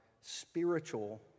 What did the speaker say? spiritual